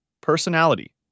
Personality